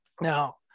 Now